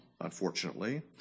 unfortunately